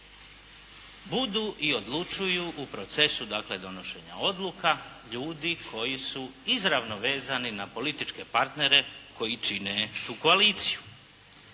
budu i odlučuju u procesu dakle donošenja odluka ljudi koji su izravno vezani na političke partnere koji čine tu koaliciju.